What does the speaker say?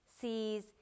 sees